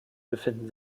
befinden